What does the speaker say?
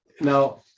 Now